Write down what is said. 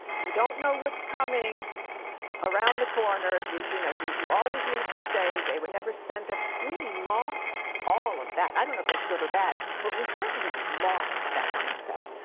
you don't know what's coming around the corner, you you know you always need to save, they were never spend theirs. we lost all of that, i don't know if that's good or bad. but we certainly lost that mindset.